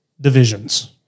divisions